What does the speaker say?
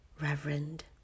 reverend